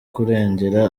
kurengera